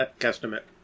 estimate